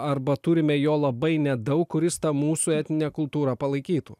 arba turime jo labai nedaug kuris tą mūsų etninę kultūrą palaikytų